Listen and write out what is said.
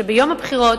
ביום הבחירות,